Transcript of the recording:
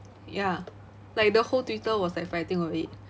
ya like the whole twitter was like fighting over it